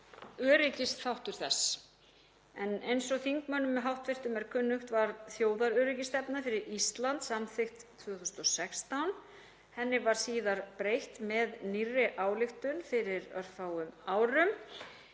öryggisþáttur þess. Eins og hv. þingmönnum er kunnugt var þjóðaröryggisstefna fyrir Ísland samþykkt 2016. Henni var síðar breytt með nýrri ályktun fyrir örfáum árum.